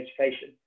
education